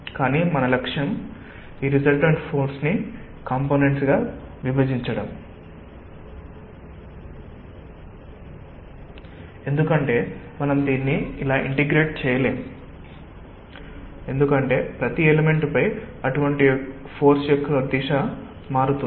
కానీ మన లక్ష్యం ఈ రిసల్టెంట్ ఫోర్స్ ని కాంపొనెంట్స్ గా విభజించడం ఎందుకంటే మనం దీన్ని ఇలా ఇంటిగ్రేట్ చేయలేము ఎందుకంటే ప్రతి ఎలెమెంట్ పై అటువంటి ఫోర్స్ యొక్క దిశ మారుతోంది